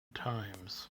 times